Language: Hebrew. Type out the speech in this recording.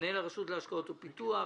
מנהל הרשות להשקעות ופיתוח,